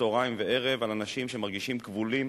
צהריים וערב על אנשים שמרגישים כבולים